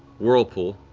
whirlpool,